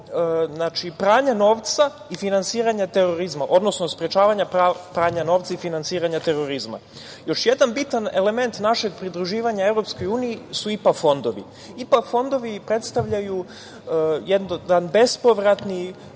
znači pranja novca i finansiranja terorizma, odnosno sprečavanja pranja novca i finansiranja terorizma. Još jedan bitan element našeg pridruživanja Evropskoj uniji su IPA fondovi. IPA fondovi predstavljaju jedan bespovratni